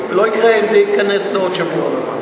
ולא יקרה כלום אם זה יתכנס לעוד שבוע.